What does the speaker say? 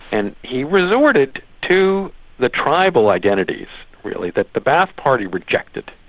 and he was ordered to the tribal identities really, the the ba'ath party rejected,